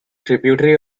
tributary